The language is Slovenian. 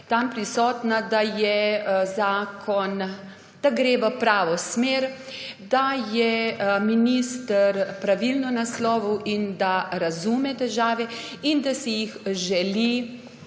je zakon, da gre v pravo smer, da je minister pravilno naslovil in da razume težave in da si jih želi rešiti.